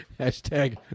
Hashtag